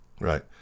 right